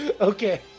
Okay